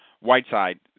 Whiteside